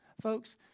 Folks